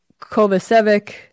Kovacevic